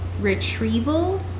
retrieval